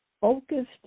focused